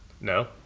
No